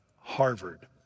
Harvard